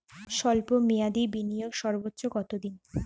স্বল্প মেয়াদি বিনিয়োগ সর্বোচ্চ কত দিন?